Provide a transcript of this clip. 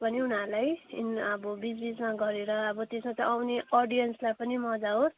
पनि उनीहरूलाई इन अब बिच बिचमा गरेर अब त्यसपछि आउने अडियन्सलाई पनि मजा होस्